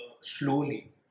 slowly